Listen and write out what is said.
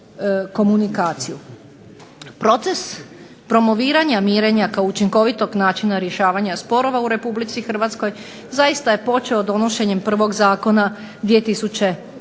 Proces promoviranja mirenja kao učinkovitog načina rješavanja sporova u Republici Hrvatskoj zaista je počeo donošenjem prvog zakona 2003.